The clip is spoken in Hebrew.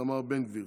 איתמר בן גביר,